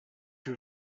que